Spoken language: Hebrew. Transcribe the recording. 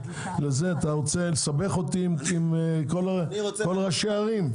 אתה רוצה לסבך אותי עם כל ראשי הערים?